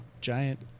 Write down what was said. giant